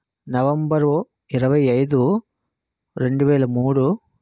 November ఇరవై ఐదు రెండు వేల మూడు